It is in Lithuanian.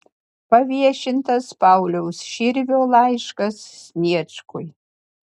paviešintas pauliaus širvio laiškas sniečkui